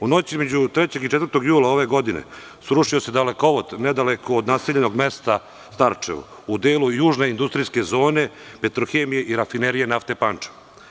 U noći između 3. i 4. jula ove godine srušio se dalekovod nedaleko od naseljenog mesta Starčevo, u delu južne industrijske zone, „Petrohemije“ i Rafinerije nafte Pančevo.